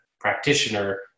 practitioner